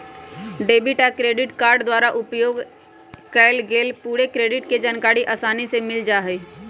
debit आ credit card द्वारा उपयोग कएल गेल पूरे क्रेडिट के जानकारी असानी से मिल जाइ छइ